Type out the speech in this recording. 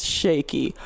shaky